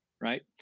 Right